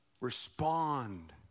respond